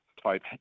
type